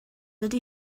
dydy